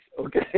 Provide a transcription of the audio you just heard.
okay